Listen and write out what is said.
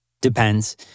depends